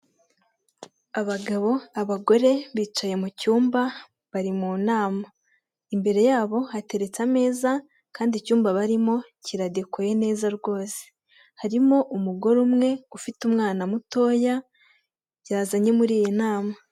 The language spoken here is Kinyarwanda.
Abagabo, abagore bicaye mu cyumba bari mu nama, imbere yabo hateretse ameza kandi icyumba barimo kiradekuye neza rwose, harimo umugore umwe ufite umwana mutoya byazanye muri iyo nama.